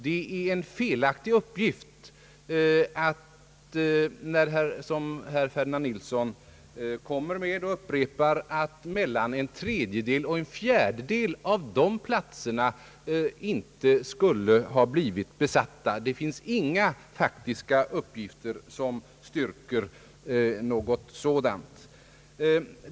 Det är en felaktig uppgift som herr Nilsson kommer med och upprepar att mellan en tredjedel och en fjärdedel av dessa platser inte skulle ha blivit besatta. Det finns inga faktiska uppgifter som styrker något sådant.